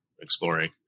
exploring